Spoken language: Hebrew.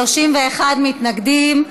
31 מתנגדים.